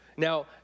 Now